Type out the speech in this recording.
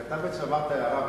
כי אתה בעצם אמרת הערה,